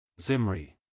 Zimri